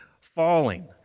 falling